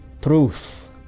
Truth